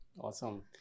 Awesome